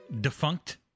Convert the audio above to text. Defunct